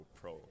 pro